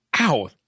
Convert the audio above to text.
ow